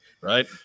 right